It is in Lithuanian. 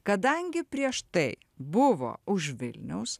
kadangi prieš tai buvo už vilniaus